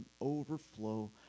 overflow